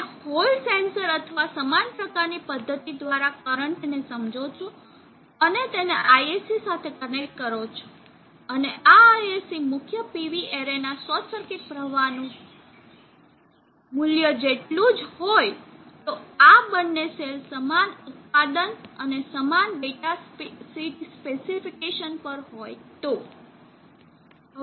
તમે Hall sensor અથવા સમાન પ્રકારની પદ્ધતિ દ્વારા કરંટને સમજો છો અને તેને ISC સાથે કનેક્ટ કરો છો અને આ ISC મુખ્ય PV એરેના શોર્ટ સર્કિટ પ્રવાહનું જેટલું જ હોય જો આ બંને સેલ સમાન ઉત્પાદન અને સમાન ડેટા શીટ સ્પેસીફીકેશન ના હોય તો